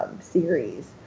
series